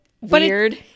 weird